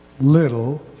little